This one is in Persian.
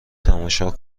تماشا